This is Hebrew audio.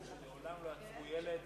לנו בוועדה אמרו שמעולם לא עצרו ילד